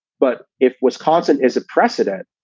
but if wisconsin is a precedent,